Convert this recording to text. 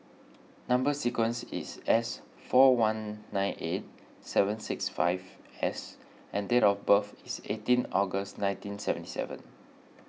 Number Sequence is S four one nine eight seven six five S and date of birth is eighteen August nineteen seventy seven